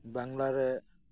ᱵᱟᱝᱞᱟᱨᱮ